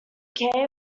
cave